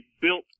built